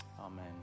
amen